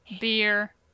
Beer